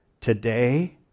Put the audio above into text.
today